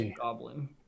goblin